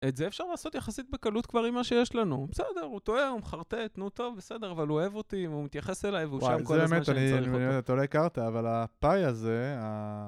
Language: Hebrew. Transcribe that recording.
את זה אפשר לעשות יחסית בקלות כבר עם מה שיש לנו, בסדר, הוא טועה, הוא מחרטט, נו טוב, בסדר, אבל הוא אוהב אותי, אם הוא מתייחס אליי, והוא שם כל הזמן שאני צריך אותו. זה אמת, אני לא יודע, אתה לא הכרת, אבל הפאי הזה...